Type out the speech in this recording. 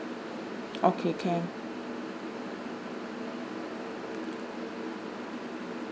okay can